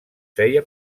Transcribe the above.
feia